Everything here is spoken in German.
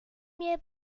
mir